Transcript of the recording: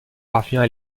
parvient